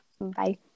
Bye